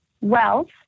wealth